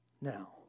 Now